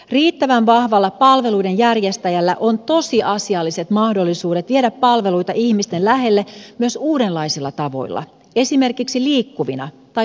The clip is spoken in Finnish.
riittävän vahvalla palveluiden järjestäjällä on tosiasialliset mahdollisuudet viedä palveluita ihmisten lähelle myös uudenlaisilla tavoilla esimerkiksi liikkuvina tai sähköisinä palveluina